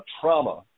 trauma